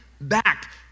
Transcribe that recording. back